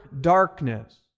darkness